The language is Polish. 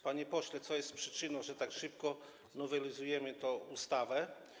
Panie pośle, co jest przyczyną tego, że tak szybko nowelizujemy tę ustawę?